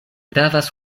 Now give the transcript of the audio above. gravas